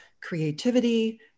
creativity